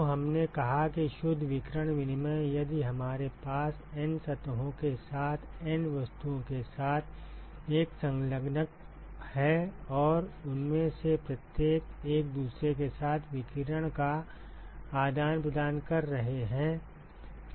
तो हमने कहा कि शुद्ध विकिरण विनिमय यदि हमारे पास N सतहों के साथ N वस्तुओं के साथ एक संलग्नक है और उनमें से प्रत्येक एक दूसरे के साथ विकिरण का आदान प्रदान कर रहे हैं